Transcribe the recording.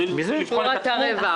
כדי לבדוק את התחום,